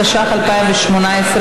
התשע"ח 2018,